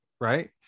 Right